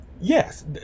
Yes